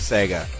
Sega